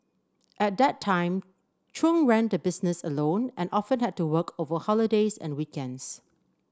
at that time Chung ran the business alone and often had to work over holidays and weekends